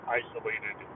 isolated